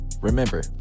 Remember